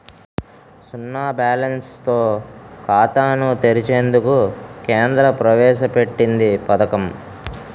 సున్నా బ్యాలెన్స్ తో ఖాతాను తెరిచేందుకు కేంద్రం ప్రవేశ పెట్టింది పథకం